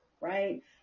right